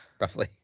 Roughly